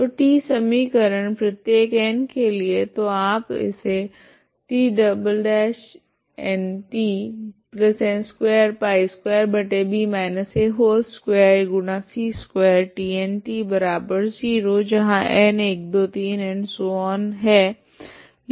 तो T समीकरण प्रत्येक n के लिए तो आप इसे लिख सकते है